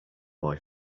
boy